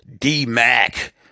D-Mac